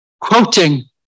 quoting